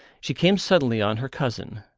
she came suddenly on her cousin,